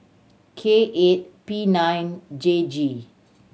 K eight P nine J G